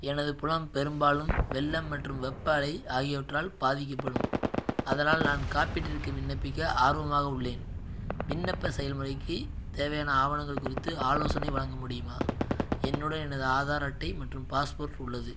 எனது புலம் பெரும்பாலும் வெள்ளம் மற்றும் வெப்ப அலை ஆகியவற்றால் பாதிக்கப்படும் அதனால் நான் காப்பீட்டிற்கு விண்ணப்பிக்க ஆர்வமாக உள்ளேன் விண்ணப்ப செயல்முறைக்கு தேவையான ஆவணங்கள் குறித்து ஆலோசனை வழங்க முடியுமா என்னுடன் எனது ஆதார் அட்டை மற்றும் பாஸ்போர்ட் உள்ளது